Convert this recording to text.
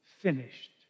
finished